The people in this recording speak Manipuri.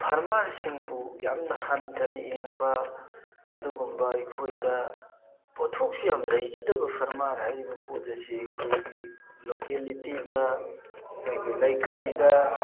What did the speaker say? ꯐꯥꯔꯃꯔꯁꯤꯡꯕꯨ ꯌꯥꯝꯅ ꯍꯟꯊꯅ ꯌꯦꯡꯕ ꯑꯗꯨꯒꯨꯝꯕ ꯑꯩꯈꯣꯏꯗ ꯄꯣꯠꯊꯣꯛꯁꯨ ꯌꯥꯝ ꯂꯩꯖꯗꯕ ꯐꯥꯔꯃꯔ ꯍꯥꯏꯔꯤꯕ ꯄꯣꯠ ꯑꯁꯤ ꯑꯩꯈꯣꯏꯒꯤ ꯂꯣꯀꯦꯂꯤꯇꯤꯗ ꯑꯩꯈꯣꯏꯒꯤ ꯂꯩꯀꯥꯏꯗ